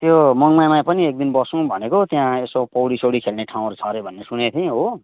त्यो मङमायामा पनि एकदिन बसौँ भनेको त्यहाँ यसो पौडी सौडी खेल्ने ठाउँहरू छ अरे भनेको सुने थिएँ हो